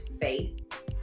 faith